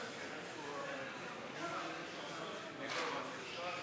חברי הכנסת,